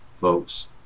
Folks